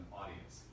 audience